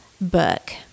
book